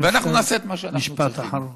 ואנחנו נעשה את מה שאנחנו צריכים, משפט אחרון.